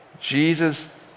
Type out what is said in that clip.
Jesus